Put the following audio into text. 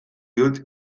dut